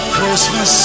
Christmas